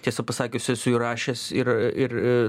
tiesą pasakius esu įrašęs ir ir